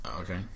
okay